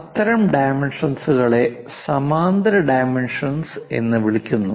അത്തരം ഡൈമെൻഷൻസ്കളെ സമാന്തര ഡൈമെൻഷൻസ് എന്ന് വിളിക്കുന്നു